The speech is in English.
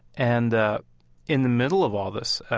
and ah in the middle of all this,